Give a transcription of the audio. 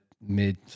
mid